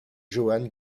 johan